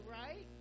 right